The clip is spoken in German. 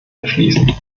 beschließen